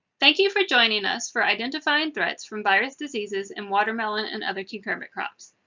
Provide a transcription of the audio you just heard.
thank you for joining us for identifying threats from virus diseases in watermelon and other cucurbit crops.